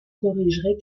corrigerez